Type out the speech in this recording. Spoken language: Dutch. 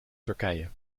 turkije